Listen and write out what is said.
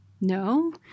No